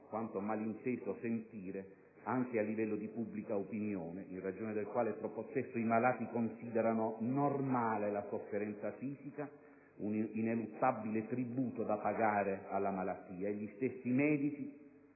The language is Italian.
quanto malinteso sentire, anche a livello di pubblica opinione, in ragione del quale troppo spesso i malati considerano normale la sofferenza fisica, un'ineluttabile tributo da pagare alla malattia, e gli stessi medici